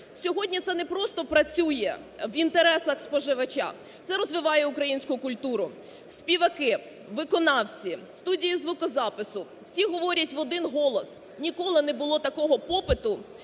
Сьогодні це не просто працює в інтересах споживача, це розвиває українську культуру. Співаки, виконавці, студії звукозапису, всі говорять в один голос, ніколи не було такого попиту,